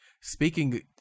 speaking